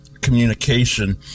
Communication